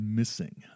missing